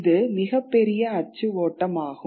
இது மிகப் பெரிய அச்சு ஓட்டம் ஆகும்